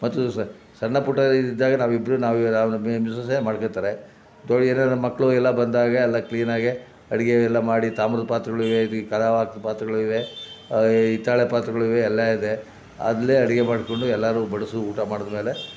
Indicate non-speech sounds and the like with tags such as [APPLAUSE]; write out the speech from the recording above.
ಮತ್ತು ಸಣ್ಣಪುಟ್ಟ ಇದಿದ್ದಾಗ ನಾವಿಬ್ಬರೂ ನಾವು [UNINTELLIGIBLE] ಮಿಸಸ್ಸೇ ಮಾಡ್ಕೊತಾರೆ ತೊಳೆಯಲು ನಮ್ಮ ಮಕ್ಕಳು ಎಲ್ಲ ಬಂದಾಗ ಎಲ್ಲ ಕ್ಲೀನಾಗೆ ಅಡುಗೆ ಎಲ್ಲ ಮಾಡಿ ತಾಮ್ರದ ಪಾತ್ರೆಗಳಿವೆ ಇದು ಕಲಾಯ ಹಾಕಿದ್ ಪಾತ್ರೆಗಳು ಇವೆ ಹಿತ್ತಾಳೆ ಪಾತ್ರೆಗಳಿವೆ ಎಲ್ಲ ಇದೆ ಅಲ್ಲೇ ಅಡುಗೆ ಮಾಡಿಕೊಂಡು ಎಲ್ಲರೂ ಬಡಿಸು ಊಟ ಮಾಡಿದ್ಮೇಲೆ